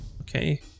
Okay